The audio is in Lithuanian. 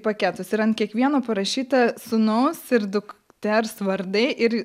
paketas ir ant kiekvieno parašyta sūnaus ir dukters vardai ir